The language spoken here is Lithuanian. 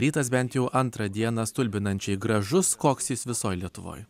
rytas bent jau antrą dieną stulbinančiai gražus koks jis visoj lietuvoj